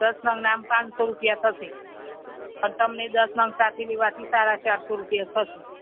દસ નંગના પાંચસો રૂપિયા થશે પણ તમને દસ નંગ સાથે લેવાથી સાડા ચારસો રૂપિયા થશે